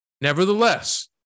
Nevertheless